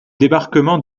débarquement